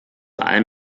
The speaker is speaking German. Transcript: allem